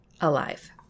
alive